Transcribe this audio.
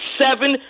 seven